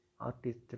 artist